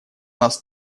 нас